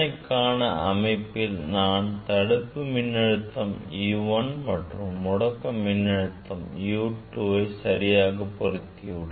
சோதனைக்கான அமைப்பில் நான் தடுப்பு மின்னழுத்தம் U1 மற்றும் முடக்க மின்னழுத்தத்தை U2 சரியாக பொருத்தி உள்ளேன்